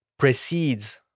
precedes